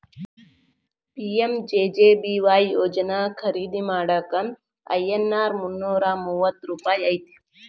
PMJJBY ಯೋಜನಾ ಖರೇದಿ ಮಾಡಾಕ ಐ.ಎನ್.ಆರ್ ಮುನ್ನೂರಾ ಮೂವತ್ತ ರೂಪಾಯಿ ಐತಿ